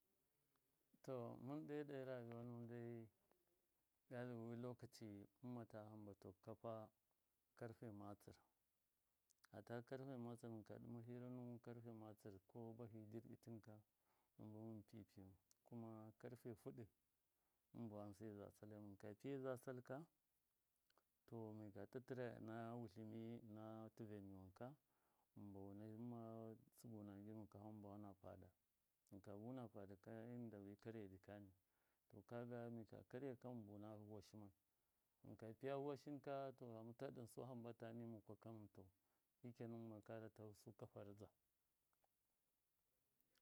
To muɨn dai ɗo rayiwa nuwɨn dai ka de wi lokacɨ mɨmma ta hamba tau kafa karfe matsɨr ata karfe matsir mɨnka ɗɨma hira nuwɨn karfe matsir ko bahɨ dɨrɓin ka mɨn buwɨn piyuwɨn piyau kuma karfe fɨɗɨ mɨn bawase za salai mɨnka piye za sal ka to miga ta tɨraya ɨna wutlɨmi ɨna tɨvan niwan ka mɨn bawuna mɨma tsɨguna ngimu kafa mɨn bawana fada mɨn ka buna fada ka ena mɨn dabɨ karya jɨ kani to mɨnka karyaka mɨn bɨna voshi mai mɨnka piya voshɨn ka ta ɗɨnsu hambata ni mukwa ka mɨn tau shikenan mɨn ma kara tau su kwafa rɨdza.